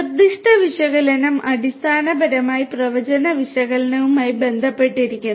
നിർദ്ദിഷ്ട വിശകലനം അടിസ്ഥാനപരമായി പ്രവചന വിശകലനവുമായി ബന്ധപ്പെട്ടിരിക്കുന്നു